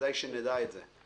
וכדאי שנדע את זה.